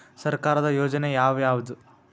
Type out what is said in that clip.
ಸರ್ಕಾರದ ಯೋಜನೆ ಯಾವ್ ಯಾವ್ದ್?